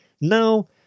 Now